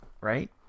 Right